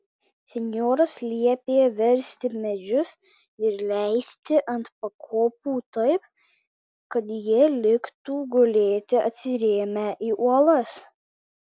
senjoras liepė versti medžius ir leisti ant pakopų taip kad jie liktų gulėti atsirėmę į uolas